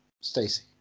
Stacey